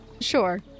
Sure